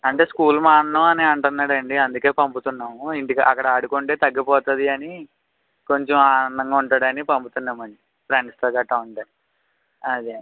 అంటే స్కూల్ మానను అని అంటున్నాడండి అందుకే పంపుతున్నాము ఇంటికాడా అక్కడ ఆడుకుంటే తగ్గిపోతుందని కొంచెం ఆనందంగా ఉంటాడని పంపుతున్నామండి ఫ్రెండ్స్తో గట్రా ఉంటే అదండీ